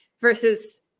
versus